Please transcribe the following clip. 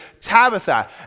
Tabitha